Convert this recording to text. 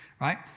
Right